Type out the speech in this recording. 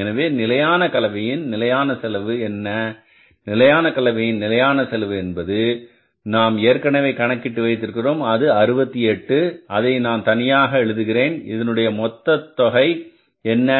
எனவே நிலையான கலவையின் நிலையான செலவு என்ன நிலையான கலவையின் நிலையான செலவு என்பது நாம் ஏற்கனவே கணக்கிட்டு வைத்திருக்கிறோம் அது 68 அதை நான் தனியாக எழுதுகிறேன் இதனுடைய மொத்தம் தொகை என்ன